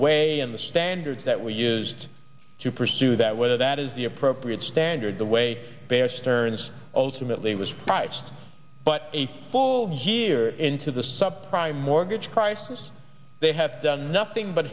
way in the standards that we used to pursue that whether that is the appropriate standard the way bear stearns ultimately was priced but a full here into the subprime mortgage crisis they have done nothing but